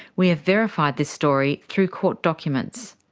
we have verified this story through court documents.